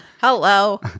Hello